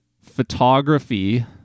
photography